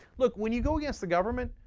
look, when you go against the government,